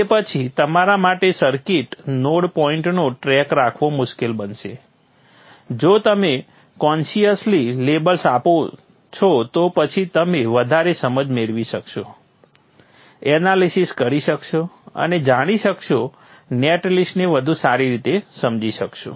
તે પછી તમારા માટે સર્કિટ નોડ પોઈન્ટનો ટ્રેક રાખવો મુશ્કેલ બનશે જો તમે કોન્સિયસલી લેબલ્સ આપો છો તો પછી તમે વધારે સમજ મેળવી શકશો એનાલિસીસ કરી શકશો અને જાણી શકશો નેટ લિસ્ટને વધુ સારી રીતે સમજી શકશો